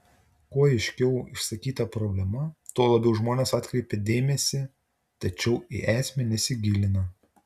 kuo aiškiau išsakyta problema tuo labiau žmonės atkreipia dėmesį tačiau į esmę nesigilina